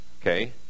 okay